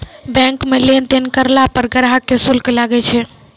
bank मे लेन देन करलो पर ग्राहक के शुल्क लागै छै